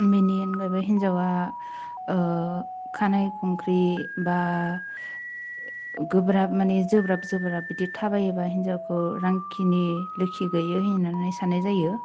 बेनि अनगायैबो हिनजावा खानाय खंख्रि बा गोब्राब माने जोब्राब जोब्राब बिदि थाबायोबा हिन्जावखौ रांखिनि लोखि गैयै होन्नानै साननाय जायो